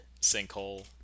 Sinkhole